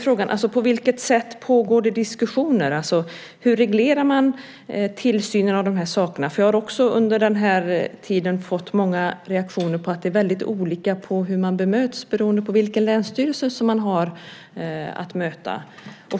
Frågan är: På vilket sätt pågår diskussioner? Hur reglerar man tillsynen av de här sakerna? Jag har också under den här tiden fått många reaktioner på att det är väldigt olika hur man bemöts beroende på vilken länsstyrelse som man har att möta.